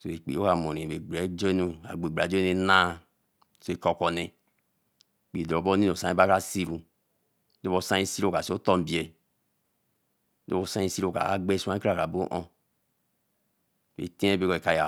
Chu ekpi owãa mmori bere jenu agboraje ẽena ti ko poõ nee ekpi dorobo baoba sira do bo sai nsi dombie nto sei nsi ya ge oka ka aa qbe akara bo oo etie ekai